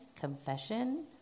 confession